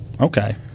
Okay